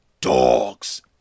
dogs